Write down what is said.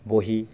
बहि